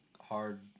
hard